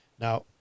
Now